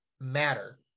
matter